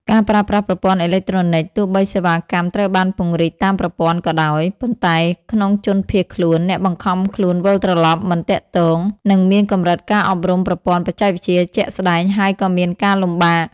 ការប្រើប្រាស់ប្រព័ន្ធអេឡិចត្រូនិក ទោះបីសេវាកម្មត្រូវបានពង្រីកតាមប្រព័ន្ធ ក៏ដោយ ប៉ុន្តែក្នុងជនភៀសខ្លួន អ្នកបង្ខំខ្លួនវិលត្រឡប់មិនទាក់ទង និងមានកម្រិតការអប់រំប្រព័ន្ធបច្ចេកវិទ្យាជាក់ស្តែងហើយក៏មានការលំបាក។